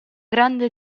grande